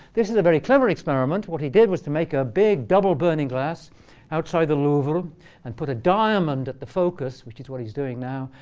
this is a very clever experiment. what he did was to make a big double burning glass outside the louvre and put a diamond at the focus, which is what he's doing now.